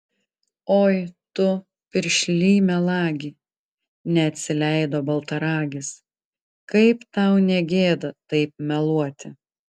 oi tu piršly melagi neatsileido baltaragis kaip tau ne gėda taip meluoti